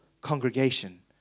congregation